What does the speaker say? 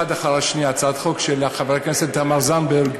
האחת אחרי השנייה: הצעת החוק של חברת הכנסת תמר זנדברג,